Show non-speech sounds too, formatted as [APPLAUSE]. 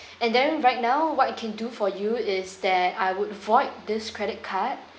[BREATH] and then right now what I can do for you is that I would void this credit card [BREATH]